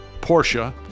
Porsche